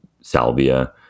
salvia